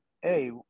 Hey